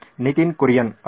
ನಿತಿನ್ ಕುರಿಯನ್ ಹೌದು